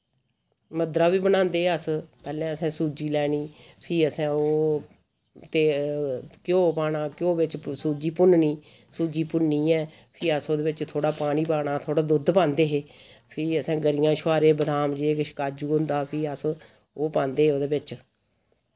मद्धरा बीह् बनांदे अस पैह्लें असैं सूजी लैनी फ्ही असैं ओ ते घ्यो पाना घ्यो विच सूजी भुन्ननी सूजी भुन्नियै फ्ही अस ओह्दे बिच थोह्ड़ा पानी पाना थोह्ड़ा दुध्द पांदे हे फ्ही असैं गरियां छुआरे बदाम जे किश काजू होंदा फ्ही अस ओह् पांदे उ'दे बिच